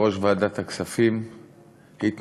ויושב-ראש ועדת הכספים התנגד,